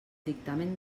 dictamen